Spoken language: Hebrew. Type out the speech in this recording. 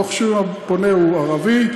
לא חשוב אם הפונה הוא ערבי,